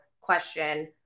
question